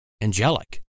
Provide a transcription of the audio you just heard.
angelic